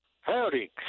Howdy